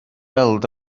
weld